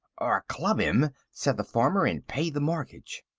or club him, said the farmer, and pay the mortgage.